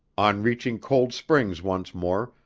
on reaching cold springs once more,